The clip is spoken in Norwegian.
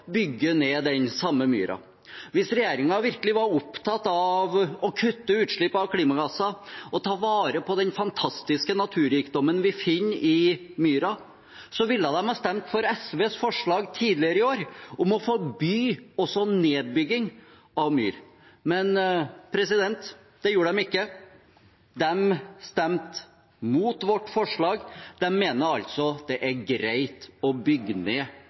bygge ned den samme myra. Hvis regjeringen virkelig var opptatt av å kutte utslipp av klimagasser og ta vare på den fantastiske naturrikdommen vi finner i myra, så ville de ha stemt for SVs forslag tidligere i år om å forby også nedbygging av myr. Men det gjorde de ikke; de stemte mot vårt forslag. De mener altså det er greit å bygge ned